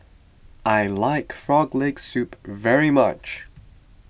I like Frog Leg Soup very much